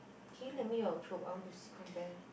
can you lend me your Chope I want to see compare